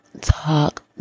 Talk